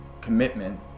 commitment